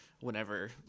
whenever